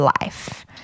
life